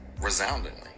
resoundingly